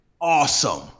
awesome